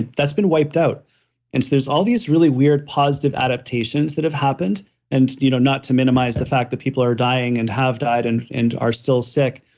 that's been wiped out and so, there's all these really weird positive adaptations that have happened and you know not to minimize the fact that people are dying and have died and and are still sick,